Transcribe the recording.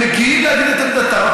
הם מגיעים להגיד את עמדתם,